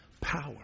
power